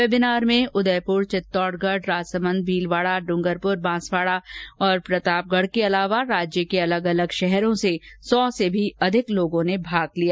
webinar में उदयपुर चित्तौडगढ राजसमंद भीलवाड़ा डूगरपुर बांसवाड़ा प्रतापगढ़ के अलावा राज्य के अलग अलग शहरों के सौ से भी अधिक लोगों ने भाग लिया